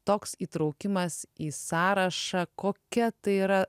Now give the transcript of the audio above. toks įtraukimas į sąrašą kokia tai yra